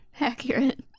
Accurate